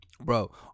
bro